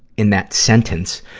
in that sentence.